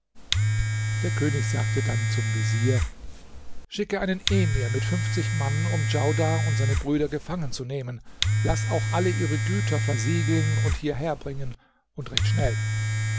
der könig sagte dann dem vezier schicke einen emir mit fünfzig mann um djaudar und seine brüder gefangen zu nehmen laß auch alle ihre güter versiegeln und hierher bringen und recht schnell